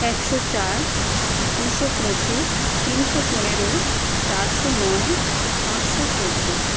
একশো চার দুশো পঁচিশ তিনশো পনেরো চারশো নয় পাঁচশো চোদ্দো